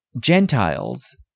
Gentiles